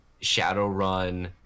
Shadowrun